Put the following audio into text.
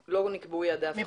לא נקבעו יעדי הפחתה.